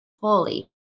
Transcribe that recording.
fully